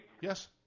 Yes